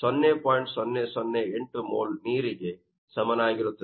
008 mole ನೀರಿಗೆ ಸಮನಾಗಿರುತ್ತದೆ